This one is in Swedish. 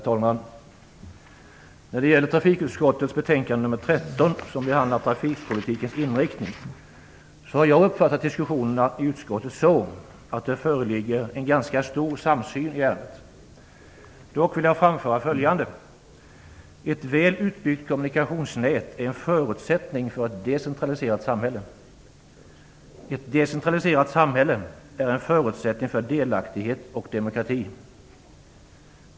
Herr talman! När det gäller trafikutskottets betänkande nr 13, som behandlar trafikpolitikens inriktning, har jag uppfattat diskussionerna i utskottet så att det föreligger en ganska stor samsyn i ärendet. Dock vill jag anföra följande. Ett väl utbyggt kommunikationsnät är en förutsättning för ett decentraliserat samhälle. Ett decentraliserat samhälle är en förutsättning för delaktighet och demokrati.